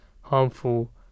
harmful